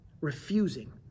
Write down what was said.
refusing